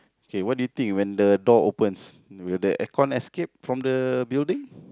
okay what do you think when the door opens will the aircon escape from the building